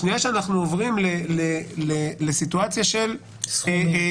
בשנייה שאנחנו עוברים לסיטואציה של סכומים,